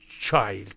child